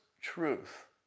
truth